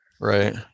Right